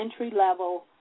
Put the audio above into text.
entry-level